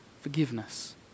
forgiveness